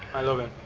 i love it